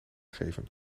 geven